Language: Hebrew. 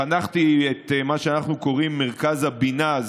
חנכתי את מה שאנחנו קוראים מרכז הבינה,